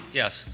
yes